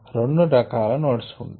రెండు రకాల నోడ్స్ ఉంటాయి